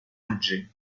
budget